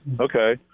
Okay